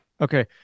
Okay